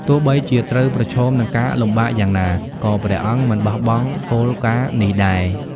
ទោះបីជាត្រូវប្រឈមនឹងការលំបាកយ៉ាងណា ក៏ព្រះអង្គមិនបោះបង់គោលការណ៍នេះដែរ ។